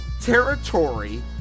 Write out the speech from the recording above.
territory